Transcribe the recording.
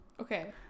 Okay